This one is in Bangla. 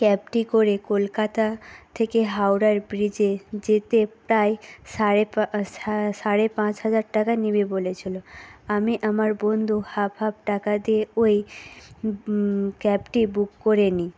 ক্যাবটি করে কলকাতা থেকে হাওড়ার ব্রিজে যেতে প্রায় সাড়ে সাড়ে পাঁচ হাজার টাকা নিবে বলেছিলো আমি আমার বন্ধু হাফ হাফ টাকা দিয়ে ওই ক্যাবটি বুক করে নি